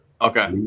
Okay